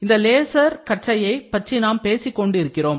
இந்த லேசர் கற்றையை பற்றி நாம் பேசிக் கொண்டிருக்கிறோம்